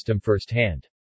firsthand